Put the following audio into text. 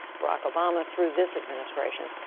barack obama, through this administration,